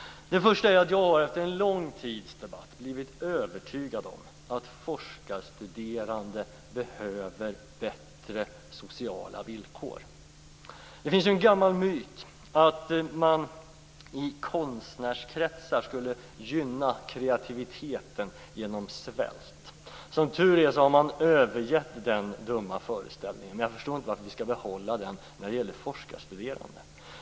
Det första skälet är att jag efter en lång tids debatt har blivit övertygad om att forskarstuderande behöver bättre sociala villkor. Det finns en gammal myt om att man i konstnärskretsar skulle gynna kreativiteten genom svält. Som tur är har man övergivit den dumma föreställningen, men jag förstår inte varför vi skall behålla den när det gäller forskarstuderande.